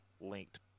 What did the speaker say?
linked